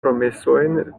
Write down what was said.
promesojn